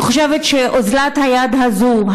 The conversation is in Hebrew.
אני חושבת שאוזלת היד הזו,